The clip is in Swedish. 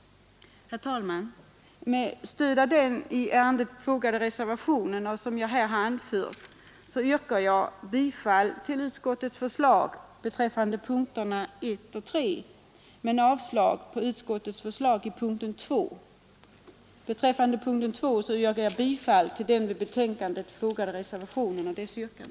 Herr talman! Med stöd av vad jag här har anfört yrkar jag under punkterna 1 och 3 bifall till utskottets hemställan men under punkten 2 bifall till reservationen.